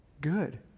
good